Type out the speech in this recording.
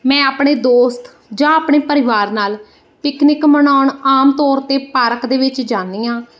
ਮੈਂ ਆਪਣੇ ਦੋਸਤ ਜਾਂ ਆਪਣੇ ਪਰਿਵਾਰ ਨਾਲ ਪਿਕਨਿਕ ਮਨਾਉਣ ਆਮ ਤੌਰ 'ਤੇ ਪਾਰਕ ਦੇ ਵਿੱਚ ਜਾਂਦੀ ਹਾਂ